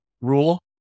Rule